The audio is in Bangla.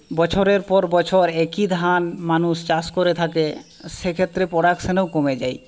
বছরের পর বছর একই ধান মানুষ চাষ করে থাকে সেক্ষেত্রে প্রোডাকশানও কমে যায়